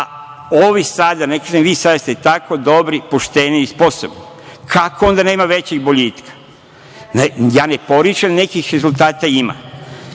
ovi sada, ne kažem vi sada, ste tako dobri, pošteni i sposobni, kako onda nema većeg boljitka? Ja ne poričem, nekih rezultata ima.